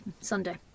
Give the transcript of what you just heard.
Sunday